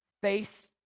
face